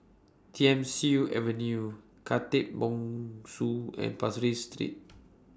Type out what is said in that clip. Thiam Siew Avenue Khatib Bongsu and Pasir Ris Street